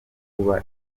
kuba